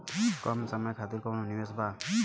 कम समय खातिर कौनो निवेश बा?